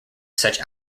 such